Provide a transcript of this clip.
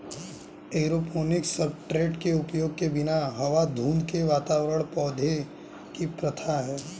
aeroponics substrate के उपयोग के बिना हवा धुंध के वातावरण पौधों की प्रथा है